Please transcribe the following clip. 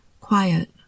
quiet